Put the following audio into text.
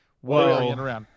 Whoa